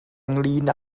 ynglŷn